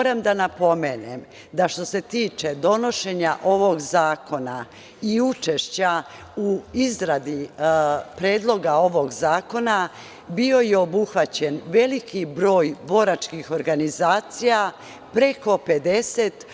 Moram da napomenem da što se tiče donošenja ovog zakona i učešća u izradi Predloga ovog zakona bio je obuhvaćen veliki broj boračkih organizacija, preko 50.